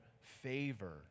favor